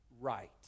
right